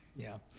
yeah.